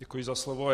Děkuji za slovo.